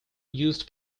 used